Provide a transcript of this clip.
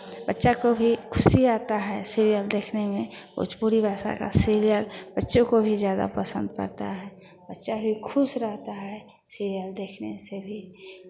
बच्चा को भी खुशी आता है सीरियल देखने में भोजपुरी भाषा का सीरियल बच्चों को भी ज़्यादा पसंद पड़ता है बच्चा भी खुश रहता है सीरियल देखने से भी